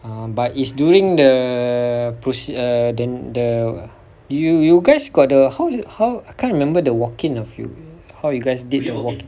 um but it's during the err the you you guys got the how is it how I can't remember the walk in ah how you guys did the walk